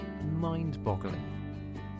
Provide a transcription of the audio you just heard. mind-boggling